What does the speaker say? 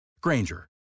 Granger